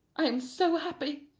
i am so happy!